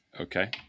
Okay